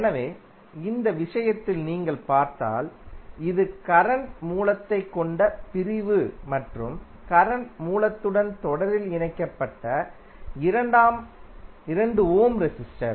எனவே இந்த விஷயத்தில் நீங்கள் பார்த்தால் இது கரண்ட் மூலத்தைக் கொண்ட பிரிவு மற்றும் கரண்ட் மூலத்துடன் தொடரில் இணைக்கப்பட்ட 2 ஓம் ரெசிஸ்டர்